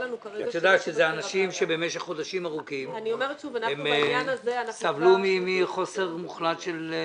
את יודעת שאלה אנשים שבמשך חודשים ארוכים סבלו מחוסר מוחלט של כספים.